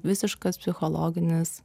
visiškas psichologinis